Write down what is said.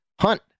Hunt